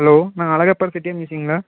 hello அண்ணா அழகப்பர் செட்டியார் மியூசியம்ங்களா